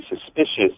suspicious